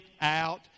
out